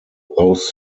those